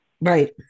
Right